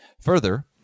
Further